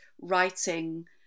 writing